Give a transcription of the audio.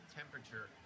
temperature